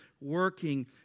working